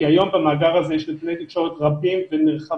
כי היום במאגר הזה יש נתוני תקשורת רבים ונרחבים